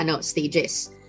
stages